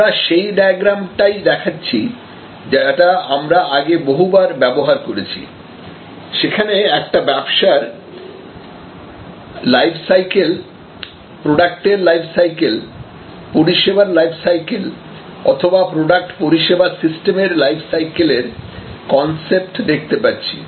আমরা সেই ডায়াগ্রামটাই দেখাচ্ছি যেটা আমরা আগে বহুবার ব্যবহার করেছি সেখানে একটি ব্যবসার লাইফ সাইকেল প্রোডাক্ট এর লাইফ সাইকেল পরিষেবার লাইফ সাইকেল অথবা প্রোডাক্ট পরিষেবা সিস্টেমের লাইফ সাইকেলের কনসেপ্ট দেখতে পাচ্ছি